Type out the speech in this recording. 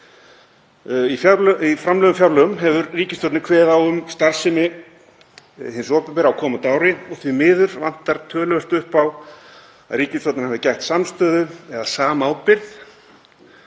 Í framlögðum fjárlögum hefur ríkisstjórnin kveðið á um starfsemi hins opinbera á komandi ári og því miður vantar töluvert upp á að ríkisstjórnin hafi gætt að samstöðu eða samábyrgð